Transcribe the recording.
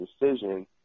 decision